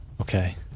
Okay